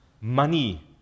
Money